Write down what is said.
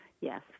Yes